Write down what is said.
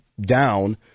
down